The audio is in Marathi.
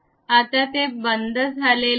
आता ते बंद झालेले नाही